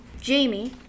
Jamie